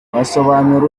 wasobanura